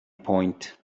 point